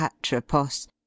Atropos